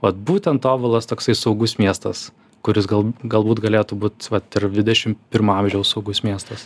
vat būtent tobulas toksai saugus miestas kuris gal galbūt galėtų būt vat ir dvidešim pirmo amžiaus saugus miestas